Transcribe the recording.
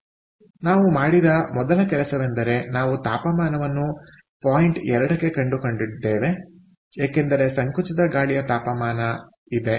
ಆದ್ದರಿಂದ ನಾವು ಮಾಡಿದ ಮೊದಲ ಕೆಲಸವೆಂದರೆ ನಾವು ತಾಪಮಾನವನ್ನು ಪಾಯಿಂಟ್ 2 ಕ್ಕೆ ಕಂಡುಕೊಂಡಿದ್ದೇವೆ ಏಕೆಂದರೆ ಸಂಕುಚಿತ ಗಾಳಿಯ ತಾಪಮಾನ ಇದೆ